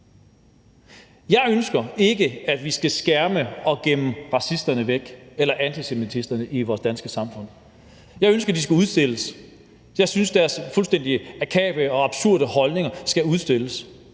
Jeg ønsker ikke, at vi skal skærme racisterne eller antisemitterne i vores danske samfund og gemme dem væk. Jeg ønsker, de skal udstilles. Jeg synes, deres fuldstændig akavede og absurde holdninger skal udstilles,